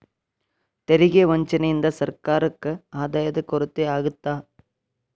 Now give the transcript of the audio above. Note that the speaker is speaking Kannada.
ತೆರಿಗೆ ವಂಚನೆಯಿಂದ ಸರ್ಕಾರಕ್ಕ ಆದಾಯದ ಕೊರತೆ ಆಗತ್ತ